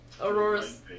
Aurora's